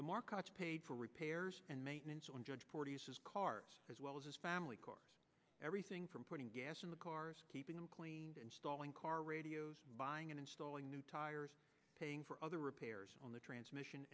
the markets paid for repairs and maintenance on cars as well as his family car everything from putting gas in the car keeping him cleaned installing car radios buying and installing new tires paying for other repairs on the transmission